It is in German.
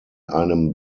einem